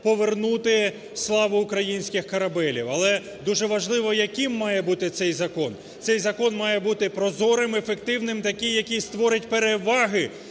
повернути славу українських корабелів. Але дуже важливо, яким має бути цей закон. Цей закон має бути прозорим, ефективним, таким, який створить переваги